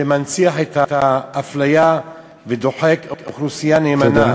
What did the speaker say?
שמנציח את האפליה ודוחק אוכלוסייה נאמנה.